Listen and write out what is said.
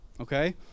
okay